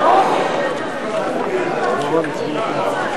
חוק מיסוי רווחי נפט,